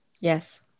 yes